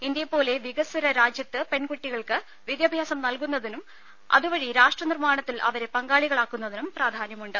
ഇന്ത്യയെപ്പോലെ വികസ്വര രാജ്യത്ത് പെൺകുട്ടികൾക്ക് വിദ്യാഭ്യാസം നൽകുന്നതിനും അതുവഴി രാഷ്ട്ര നിർമാണത്തിൽ അവരെ പങ്കാളികളാക്കുന്നതിനും പ്രാധാന്യമുണ്ട്